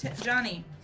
Johnny